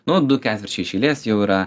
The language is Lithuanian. nu du ketvirčiai iš eilės jau yra